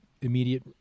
immediate